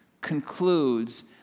concludes